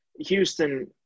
Houston